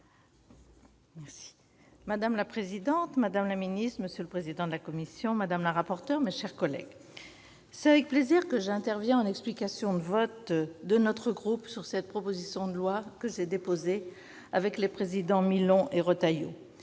Madame la présidente, madame la ministre, monsieur le président de la commission, madame la rapporteure, mes chers collègues, c'est avec plaisir que j'interviens en explication de vote de notre groupe sur cette proposition de loi que j'ai déposée avec les présidents Alain Milon et Bruno Retailleau.